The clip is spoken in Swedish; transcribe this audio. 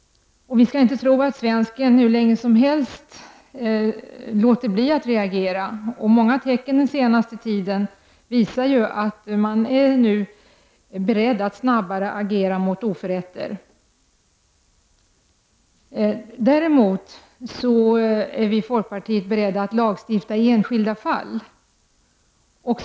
Vi skall inte tro att svensken hur länge som helst låter bli att reagera. Under den senaste tiden har det ju funnits många tecken på att man nu är beredd att snabbare agera mot oförrätter. Däremot är vi i folkpartiet beredda att medverka till en lagstiftning när det gäller enskilda fall.